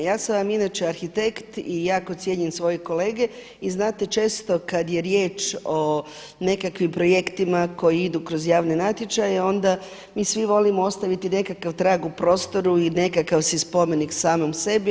Ja sam vam inače arhitekt i jako cijenim svoje kolege i znate često kad je riječ o nekakvim projektima koji idu kroz javne natječaje, onda mi svi volimo ostaviti nekakav trag u prostoru i nekakav si spomenik samom sebi.